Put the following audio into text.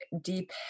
deep